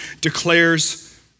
declares